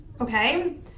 okay